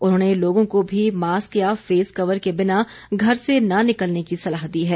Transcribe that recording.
उन्होंने लोगों को भी मास्क या फेस कवर के बिना घर से न निकलने की सलाह दी है